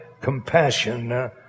compassion